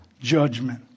judgment